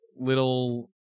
little